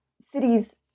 cities